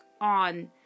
on